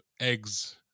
eggs